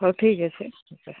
ହଉ ଠିକ୍ ଅଛି